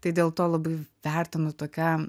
tai dėl to labai vertinu tokią